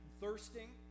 Thirsting